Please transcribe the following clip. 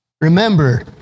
Remember